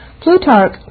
Plutarch